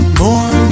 more